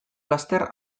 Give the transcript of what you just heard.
laster